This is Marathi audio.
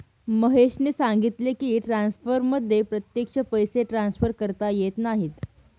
महेशने सांगितले की, ट्रान्सफरमध्ये प्रत्यक्ष पैसे ट्रान्सफर करता येत नाहीत